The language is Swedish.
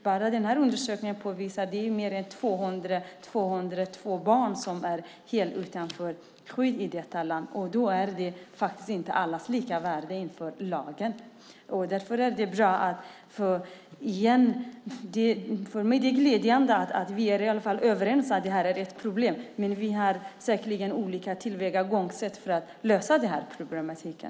Bara den här undersökningen påvisar att det är fler än 200 barn som står helt utan skydd i detta land. Då gäller inte allas lika värde inför lagen. Därför är det bra och glädjande för mig att vi i alla fall är överens om att det här är ett problem. Men vi har säkerligen olika tillvägagångssätt för att lösa problematiken.